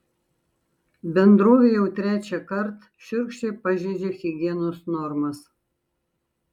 bendrovė jau trečiąkart šiurkščiai pažeidžia higienos normas